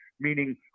meaning